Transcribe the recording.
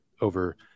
over